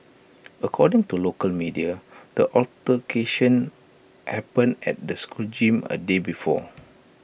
according to local media the altercation happened at the school gym A day before